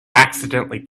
accidentally